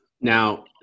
Now –